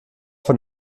von